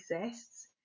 exists